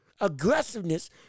aggressiveness